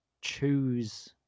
choose